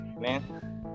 man